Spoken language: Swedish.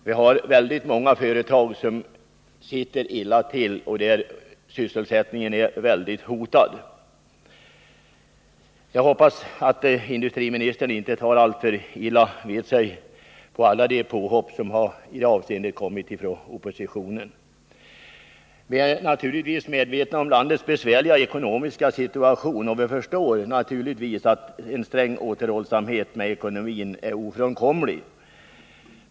Det är väldigt många företag som sitter illa till och där sysselsättningen är hotad. Jag hoppas att industriministern inte tar alltför illa vid sig av alla de påhopp som i det avseendet gjorts från oppositionen. Vi är naturligtvis medvetna om landets besvärliga ekonomiska situation, och vi förstår självfallet att en sträng återhållsamhet med ekonomin är ofrånkomlig.